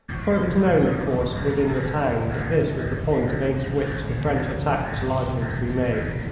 for it was known, of course, within the town that this was the point against which the french attack was likely to be made.